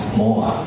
more